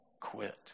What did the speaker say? quit